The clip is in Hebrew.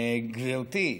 גברתי,